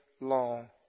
long